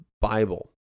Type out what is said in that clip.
Bible